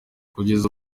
kugeza